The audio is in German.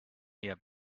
näher